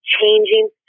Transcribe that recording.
changing